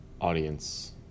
audience